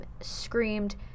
screamed